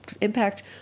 impact